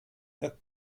der